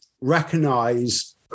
recognize